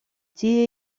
tie